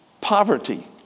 poverty